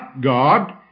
God